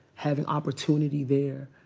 having opportunity there,